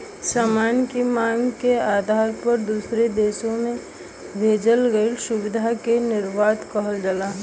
सामान के मांग के आधार पर दूसरे देश में भेजल गइल सुविधा के निर्यात कहल जाला